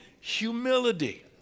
humility